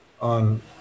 on